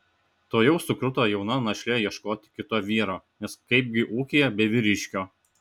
tuojau sukruto jauna našlė ieškoti kito vyro nes kaipgi ūkyje be vyriškio